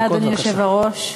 אדוני היושב-ראש,